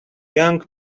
young